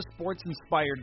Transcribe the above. sports-inspired